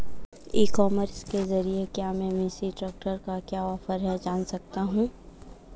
ई commerce के ज़रिए क्या मैं मेसी ट्रैक्टर का क्या ऑफर है जान सकता हूँ?